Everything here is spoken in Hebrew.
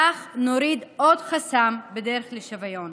כך נוריד עוד חסם בדרך לשוויון,